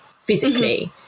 physically